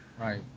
right